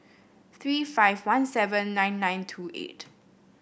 three five one seven nine nine two eight